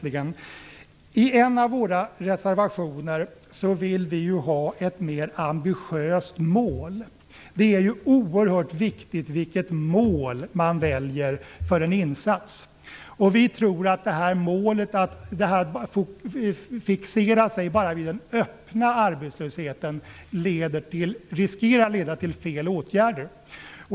I en av våra reservationer vill vi ha ett mer ambitiöst mål. Det är oerhört viktigt vilket mål man väljer för en insats. Vi tror att fixeringen bara vid den öppna arbetslösheten riskerar att leda till fel åtgärder.